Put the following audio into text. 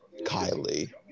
Kylie